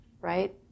right